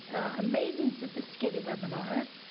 amazing sophisticated webinars.